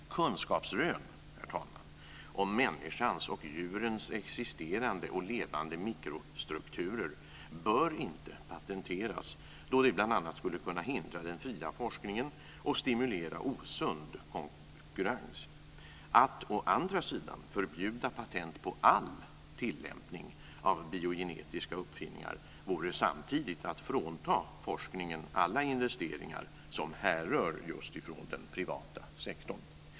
Kunskapsrön, herr talman, om människans och djurens existerande och levande mikrostrukturer bör inte patenteras då det bl.a. skulle kunna hindra den fria forskningen och stimulera osund konkurrens. Att å andra sidan förbjuda patent på all tillämpning av biogenetiska uppfinningar vore samtidigt att frånta forskningen alla investeringar som härrör just från den privata sektorn.